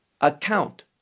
account